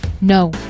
No